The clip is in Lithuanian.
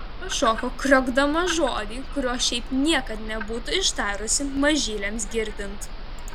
pašoko kriokdama žodį kurio šiaip niekad nebūtų ištarusi mažyliams girdint